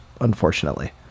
unfortunately